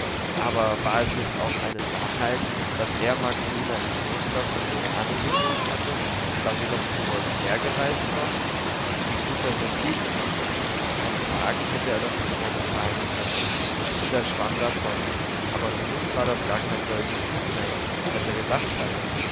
aber war es nicht auch eine narrheit daß er marcolina im kloster von murano gesucht hatte da sie doch zu voltaire gereist war wie gut daß er fliegen konnte einen wagen hätte er doch nicht mehr bezahlen können und er schwamm davon aber nun war das gar kein solches glück mehr als er gedacht hatte